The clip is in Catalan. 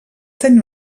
tenir